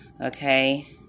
Okay